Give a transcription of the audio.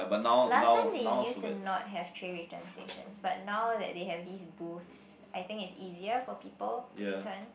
last time they used to not have tray return stations but now that they have these booths I think it's easier for people to return